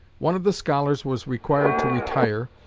one of the scholars was required to retire,